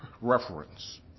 reference